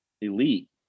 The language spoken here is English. elite